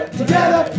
together